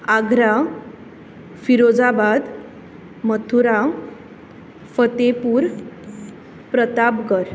Agra Firozabad Mathura Fatehpur Pratapgad